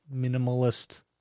minimalist